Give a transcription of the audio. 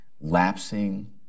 lapsing